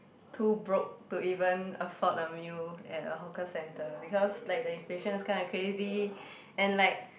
too broke to even afford a meal at a hawker centre because like the inflations kinda crazy and like